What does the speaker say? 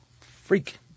freak